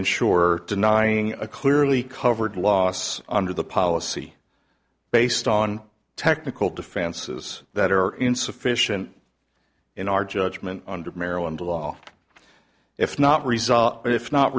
insurer denying a clearly covered loss under the policy based on technical defenses that are insufficient in our judgment under maryland law if not resolved and if not